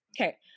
okay